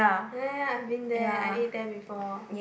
ya ya ya I've been there I ate there before